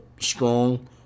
strong